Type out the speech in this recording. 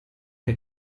che